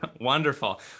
Wonderful